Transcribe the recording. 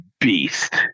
beast